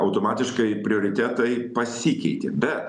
automatiškai prioritetai pasikeitė be